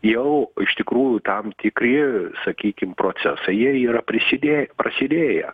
jau iš tikrųjų tam tikri sakykim procesai jie yra prisidėję prasidėję